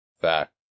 Fact